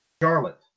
Charlotte